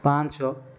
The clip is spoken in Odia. ପାଞ୍ଚ